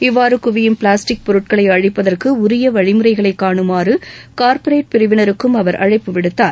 இவ்வாறு குவியும் பிளாஸ்டிக் பொருட்களை அழிப்பதற்கு உரிய வழிமுறைகளை கானுமாறு கார்ப்பரேட் பிரிவினருக்கும் அழைப்பு விடுத்தார்